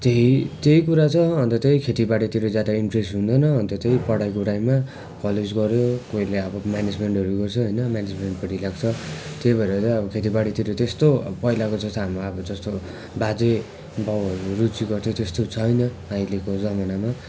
त्यही त्यही कुरा छ अन्त त्यही खेतीबारीतिर जाँदा इन्ट्रेस हुँदैन अन्त त्यही पढाइको टाइममा कलेज गऱ्यो कोहीले अब म्यानेजमेन्टहरू गर्छ होइन म्यानेजमेन्टपट्टि लाग्छ त्यही भएर चाहिँ अब खेतीपारीतिर त्यस्तो अब पहिलाको जस्तो हाम्रो अब जस्तो बाजे बाउहरू रुचि गर्थ्यो त्यस्तो छैन अहिलेको जमानामा